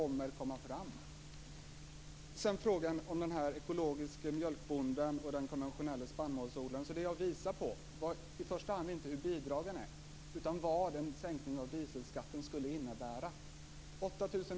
Sedan till frågan om den ekologiske mjölkbonden och den konventionelle spannmålsodlaren. Det jag visade på var i första hand inte hur bidragen är utan vad en sänkning av dieselskatten skulle innebära.